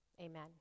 Amen